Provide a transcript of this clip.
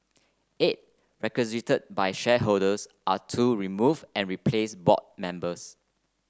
eight by shareholders are to remove and replace board members